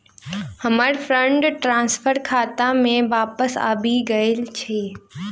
हमर fund transfer हमर खाता मे बापस आबि गइल अछि